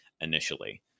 initially